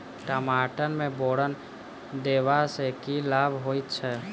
टमाटर मे बोरन देबा सँ की लाभ होइ छैय?